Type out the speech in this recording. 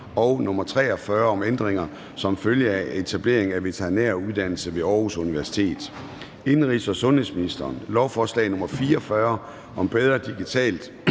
om dyrlæger. (Ændringer som følge af etablering af veterinæruddannelse ved Aarhus Universitet)). Indenrigs- og sundhedsministeren (Sophie Løhde):